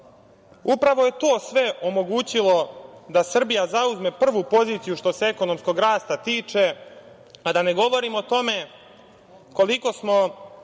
upravo je to sve omogućilo da Srbija zauzme prvu poziciju što se ekonomskog rasta tiče, a da ne govorim o tome koliko smo